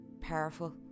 powerful